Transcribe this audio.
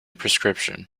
prescription